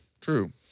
True